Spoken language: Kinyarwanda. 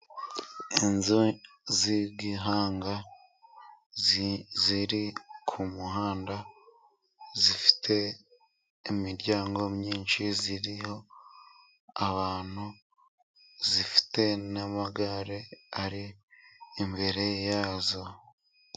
Inzu z'igihanga, ziri ku muhanda ,zifite imiryango myinshi ,ziriho abantu, zifite n'amagare ari imbere yazo.